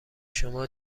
شما